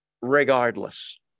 regardless